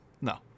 No